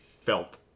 felt